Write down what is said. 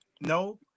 No